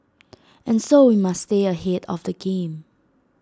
and so we must stay ahead of the game